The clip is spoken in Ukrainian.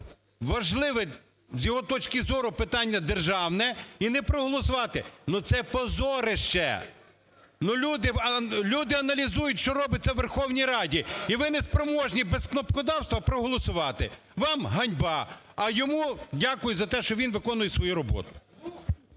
важливе, з його точки зору, питання державне і не проголосувати. Це позорище. Люди аналізують, що робиться у Верховній Раді і ви неспроможні без кнопкодавства проголосувати. Вам ганьба, а йому дякую, за те, що він виконує свою роботу.